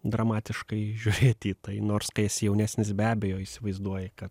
dramatiškai žiūrėti į tai nors kai esi jaunesnis be abejo įsivaizduoji kad